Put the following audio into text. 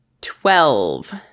Twelve